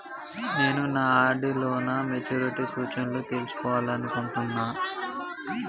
నేను నా ఆర్.డి లో నా మెచ్యూరిటీ సూచనలను తెలుసుకోవాలనుకుంటున్నా